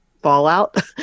fallout